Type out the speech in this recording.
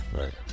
right